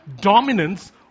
dominance